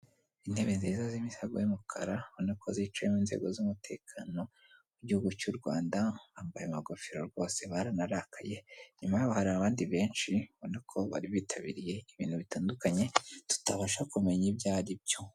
Intebe nziza z'imisego y'umukara, ubona ko zicayemo inzego z'umutekano w'igihugu cy'u Rwanda, bambaye amagofero rwose baranarakaye, nyuma hari abandi benshi ubona ko bari bitabiriye ibintu bitandukanye tutabasha kumenya ibyo ari byo.